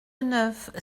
neuf